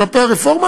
כלפי הרפורמה,